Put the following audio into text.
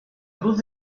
cruz